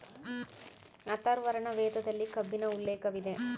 ಅಥರ್ವರ್ಣ ವೇದದಲ್ಲಿ ಕಬ್ಬಿಣ ಉಲ್ಲೇಖವಿದೆ